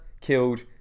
killed